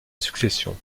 succession